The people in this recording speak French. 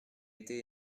été